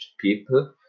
people